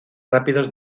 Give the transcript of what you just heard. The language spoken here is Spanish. rápidos